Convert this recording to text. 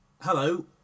Hello